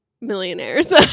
millionaires